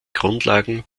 grundlagen